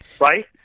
Right